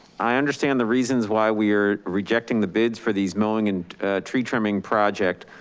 i understand the reasons why we are rejecting the bids for these mowing and tree trimming project.